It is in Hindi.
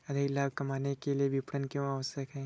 अधिक लाभ कमाने के लिए विपणन क्यो आवश्यक है?